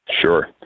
Sure